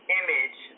image